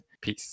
Peace